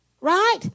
Right